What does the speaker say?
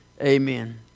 Amen